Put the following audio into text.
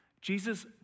Jesus